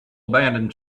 abandoned